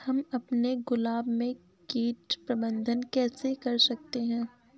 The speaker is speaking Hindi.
हम अपने गुलाब में कीट प्रबंधन कैसे कर सकते है?